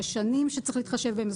ישנים שצריך להתחשב בהם.